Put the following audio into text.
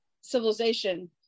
civilization